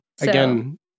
again